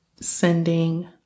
Sending